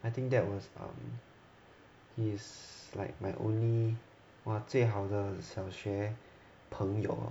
I think that was um is like my only 我最好的小学朋友